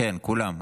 כן, כולם.